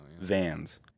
vans